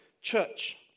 church